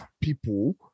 people